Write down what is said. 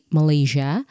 Malaysia